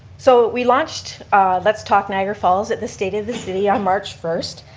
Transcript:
so we launched let's talk niagara falls at the state of the city on march first.